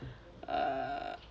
err